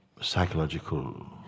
Psychological